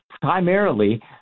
primarily